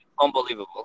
unbelievable